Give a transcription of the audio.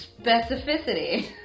specificity